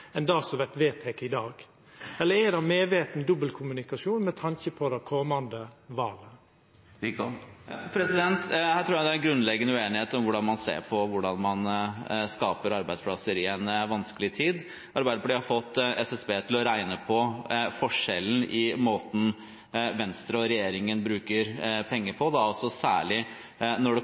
enn det som vert vedteke i dag? Eller er det medveten dobbelkommunikasjon med tanke på det komande valet? Her tror jeg det er grunnleggende uenighet om hvordan man ser på hvordan man skaper arbeidsplasser i en vanskelig tid. Arbeiderpartiet har fått SSB til å regne på forskjellen i måten Venstre og regjeringen bruker penger på, og særlig når det